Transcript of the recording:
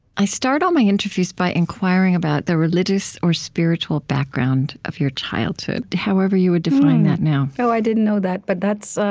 i start all my interviews by inquiring about the religious or spiritual background of your childhood, however you would define that now so i didn't know that, but